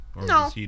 no